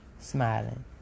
smiling